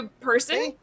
person